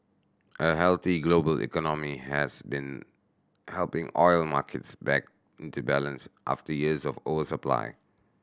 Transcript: a healthy global economy has been helping oil markets back into balance after years of oversupply